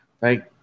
Right